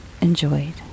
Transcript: enjoyed